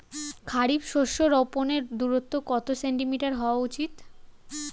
খারিফ শস্য রোপনের দূরত্ব কত সেন্টিমিটার হওয়া উচিৎ?